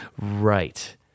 Right